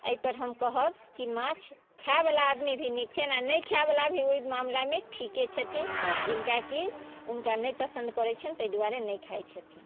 एहिपर हम कहब कि माछ खाइवला आदमी भी नीक छनि आओर नहि खाइवला भी ओहि मामिलामे ठीके छथिन जिनका कि हुनका नहि पसन्द पड़ै छनि ताहि दुआरे नहि खाइ छथिन